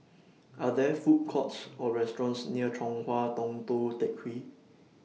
Are There Food Courts Or restaurants near Chong Hua Tong Tou Teck Hwee